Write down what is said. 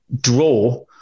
draw